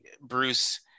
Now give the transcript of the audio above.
bruce